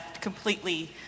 completely